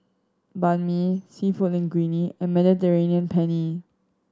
Banh Mi Seafood Linguine and Mediterranean Penne